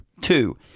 Two